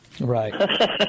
Right